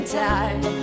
time